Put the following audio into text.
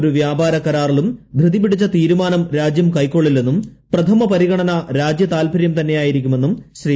ഒരു വ്യാപാര കരാറിലും ധൃതിപിടിച്ച തീരുമാനം രാജ്യം കൈക്കൊള്ളില്ലെന്നും പ്രഥമ പരിഗണന രാജ്യതാൽപ്പര്യം തന്നെയായിരിക്കുമെന്നും ശ്രീ